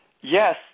Yes